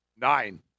Nine